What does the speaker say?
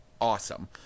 awesome